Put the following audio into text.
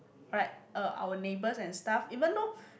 like uh our neighbours and stuff even though